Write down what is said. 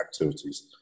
activities